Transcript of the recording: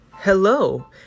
Hello